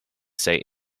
say